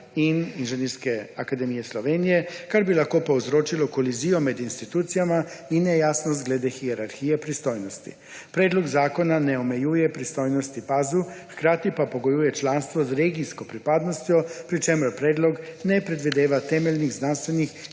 in Inženirske akademije Slovenije, kar bi lahko povzročilo kolizijo med institucijama in nejasnost glede hierarhije pristojnosti. Predlog zakona ne omejuje pristojnosti PAZU, hkrati pa pogojuje članstvo z regijsko pripadnostjo, pri čemer predlog ne predvideva temeljnih znanstvenih